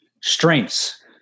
strengths